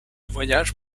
voyages